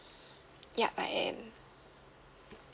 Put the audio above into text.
yup I am